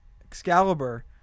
Excalibur